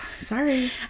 sorry